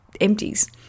empties